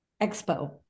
expo